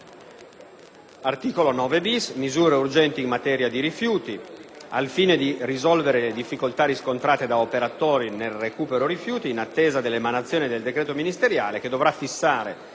dispone misure urgenti in materia di rifiuti al fine di risolvere le difficoltà riscontrate da operatori nel recupero rifiuti, in attesa dell'emanazione del decreto ministeriale che dovrà fissare